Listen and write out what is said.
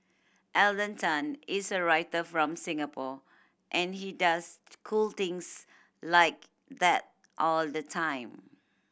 Alden Tan is a writer from Singapore and he does cool things like that all the time